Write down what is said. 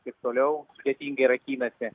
kaip toliau sudėtingai rakinasi